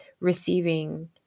receiving